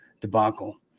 debacle